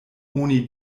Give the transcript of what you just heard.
oni